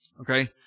Okay